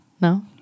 No